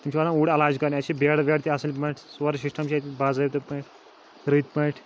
تِم چھِ واتان اوٗرۍ علاج کَرنہِ اَتہِ چھِ بٮ۪ڈ وٮ۪ڈ تہِ اَصٕل پٲٹھۍ سورُے سِسٹَم چھِ اَتہِ باضٲبطہٕ پٲٹھۍ رٕتۍ پٲٹھۍ